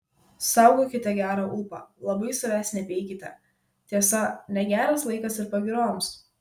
saugokite gerą ūpą labai savęs nepeikite tiesa negeras laikas ir pagyroms